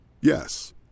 Yes